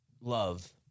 love